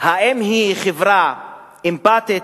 האם היא חברה אמפתית,